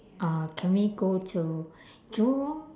uh can we go to jurong